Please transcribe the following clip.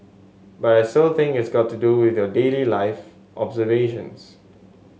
but I still think it's got to do with your daily life observations